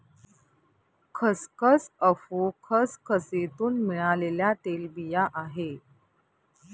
खसखस अफू खसखसीतुन मिळालेल्या तेलबिया आहे